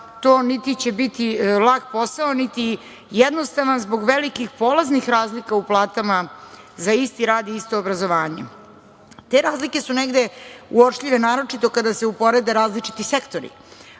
to niti će biti lak posao, niti jednostavan zbog veliki polaznih razlika u platama za isti rad i isto obrazovanje. Te razlike su negde uočljive, naročito kada se uporede različiti sektori,